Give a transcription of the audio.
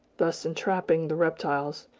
thus entrapping the reptiles,